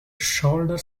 shoulder